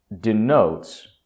denotes